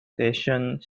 stationed